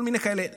כל מיני כאלה,